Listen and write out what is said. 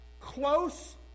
close